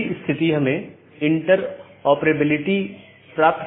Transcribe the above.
अगर हम BGP घटकों को देखते हैं तो हम देखते हैं कि क्या यह ऑटॉनमस सिस्टम AS1 AS2 इत्यादि हैं